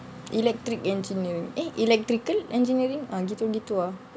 electric engineer eh electrical engineering ah gitu-gitu ah